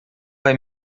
vai